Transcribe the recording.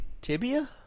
tibia